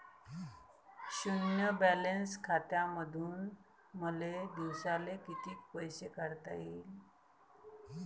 शुन्य बॅलन्स खात्यामंधून मले दिवसाले कितीक पैसे काढता येईन?